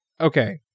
Okay